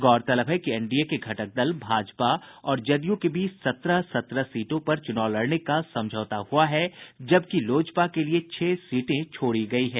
गौरतलब है कि एनडीए के घटक दल भाजपा और जदयू के बीच सत्रह सत्रह सीटों पर चुनाव लड़ने का समझौता हुआ है जबकि लोजपा के लिए छह सीटें छोड़ी गयी है